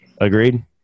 Agreed